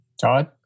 Todd